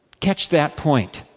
catch that point.